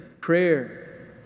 prayer